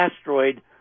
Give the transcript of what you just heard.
asteroid